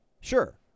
sure